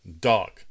dog